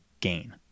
gain